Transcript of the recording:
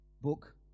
book